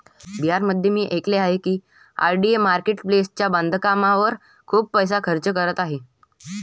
बिहारमध्ये मी ऐकले आहे की आय.डी.ए मार्केट प्लेसच्या बांधकामावर खूप पैसा खर्च करत आहे